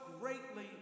greatly